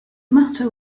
matter